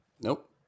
Nope